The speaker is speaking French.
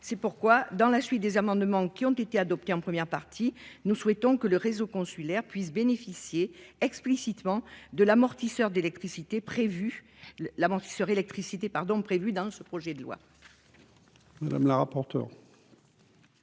C'est pourquoi, dans la suite des amendements qui ont été adoptés en première partie, nous souhaitons que le réseau consulaire puisse bénéficier explicitement du dispositif de l'amortisseur électricité qui est prévu dans ce projet de loi de finances.